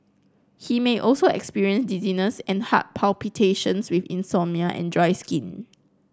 he may also experience dizziness and heart palpitations with insomnia and dry skin